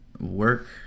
work